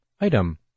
Item